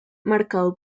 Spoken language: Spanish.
marcado